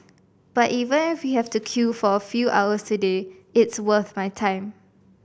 but even if we have to queue for a few hours today it's worth my time